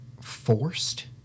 forced